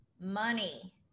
Money